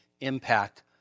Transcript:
impact